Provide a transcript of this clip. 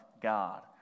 God